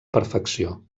perfecció